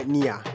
Nia